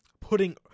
putting